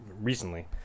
recently